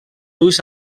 ulls